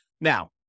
Now